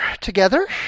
together